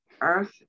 Earth